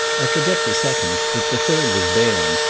i forget the second, but the third was berne,